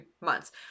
months